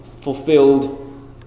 fulfilled